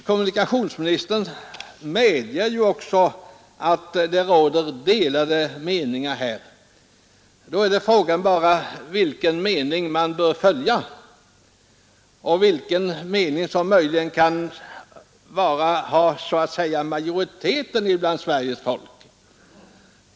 Kommunikationsministern medger ju också att det råder delade meningar på detta område. Då är frågan bara vilken mening man bör följa och vilken mening som möjligen kan ha majoriteten bland Sveriges folk bakom sig.